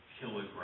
kilogram